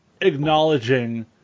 acknowledging